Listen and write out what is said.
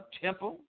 temple